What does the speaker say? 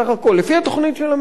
לפי התוכנית של הממשלה,